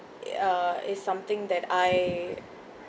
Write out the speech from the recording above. uh is something that I